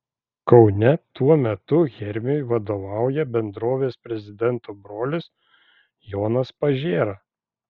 kaune tuo metu hermiui vadovauja bendrovės prezidento brolis jonas pažėra